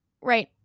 right